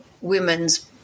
women's